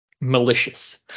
malicious